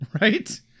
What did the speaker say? Right